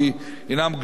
הינם גדולים,